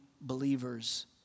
believers